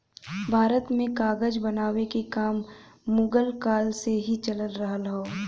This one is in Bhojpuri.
भारत में कागज बनावे के काम मुगल काल से ही चल रहल हौ